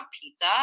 pizza